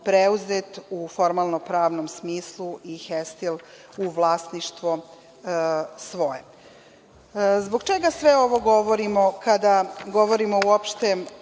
preuzet u formalno-pravnom smislu i „Hestil“ u vlasništvo svoje. Zbog čega sve ovo govorimo, kada govorimo uopšte